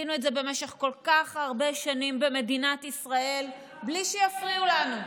עשינו את זה במשך כל כך הרבה שנים במדינת ישראל בלי שיפריעו לנו.